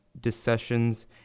decessions